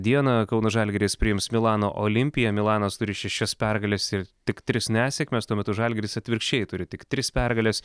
dieną kauno žalgiris priims milano olimpia milanas turi šešias pergales ir tik tris nesėkmes tuo metu žalgiris atvirkščiai turi tik tris pergales